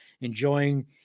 enjoying